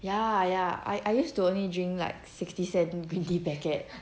ya ya I I used to only drink like sixty cents green tea packet